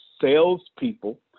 salespeople